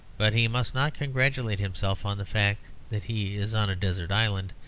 but he must not congratulate himself on the fact that he is on a desert island,